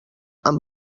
amb